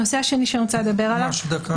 הנושא השני שאני רוצה לדבר עליו -- ממש דקה.